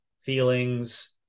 feelings